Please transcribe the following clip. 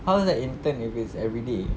how is that intern if it's everyday